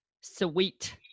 sweet